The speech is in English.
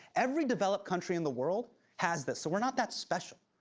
every developed country in the world has this, so we're not that special.